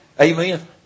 Amen